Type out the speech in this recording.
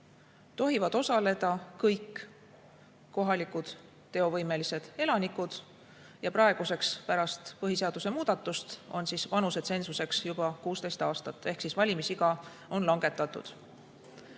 tohivad osaleda kõik kohalikud teovõimelised elanikud. Ja praeguseks, pärast põhiseaduse muudatust on vanusetsensuseks juba 16 aastat ehk valimisiga on langetatud.